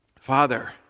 Father